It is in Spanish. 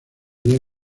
bien